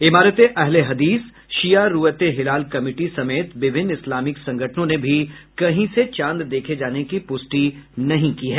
इमारते अहले हदीस शिया रूयते हिलाल कमिटी समेत विभिन्न इस्लामिक संगठनों ने भी कहीं से चांद देखे जाने की पुष्टि नहीं की है